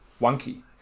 wonky